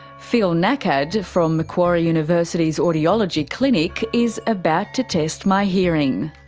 phil nakad, from macquarie university's audiology clinic, is about to test my hearing.